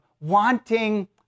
wanting